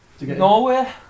Norway